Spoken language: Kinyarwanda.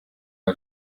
ari